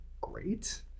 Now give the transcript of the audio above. great